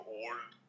old